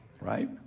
Right